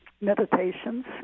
Meditations